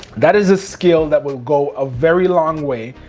that is a skill that will go a very long way,